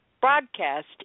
broadcast